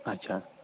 اچھا